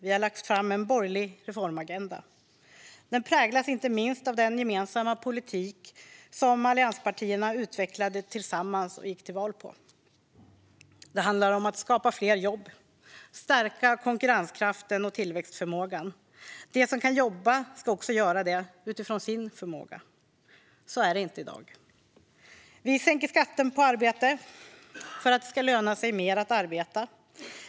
Vi har lagt fram en borgerlig reformagenda. Den präglas inte minst av den gemensamma politik som allianspartierna utvecklade tillsammans och gick till val på. Det handlar om att skapa fler jobb och stärka konkurrenskraften och tillväxtförmågan. De som kan jobba ska också göra det utifrån sin förmåga. Så är det inte i dag. Vi sänker skatten på arbete så att det lönar sig bättre att jobba.